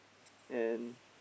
and